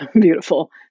beautiful